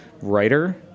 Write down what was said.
writer